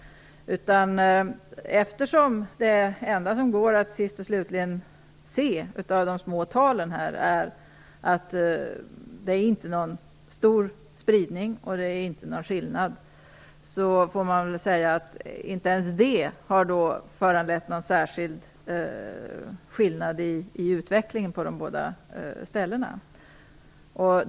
Eftersom det enda som går att sist och slutligen se av de låga talen är att det inte sker någon stor spridning, får vi väl säga att inte ens det har föranlett någon särskild skillnad i utvecklingen på de båda ställena.